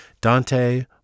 Dante